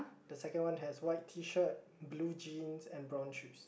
the second one has white T-shirt blue jeans and brown shoes